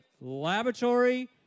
laboratory